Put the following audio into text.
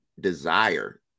desire